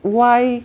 why